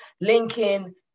linking